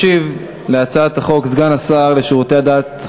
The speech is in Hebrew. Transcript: ישיב על הצעת החוק סגן השר לשירותי דת,